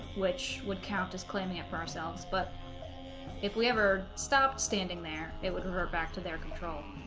which would count as claiming it for ourselves but if we ever stopped standing there it would revert back to their control